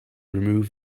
remove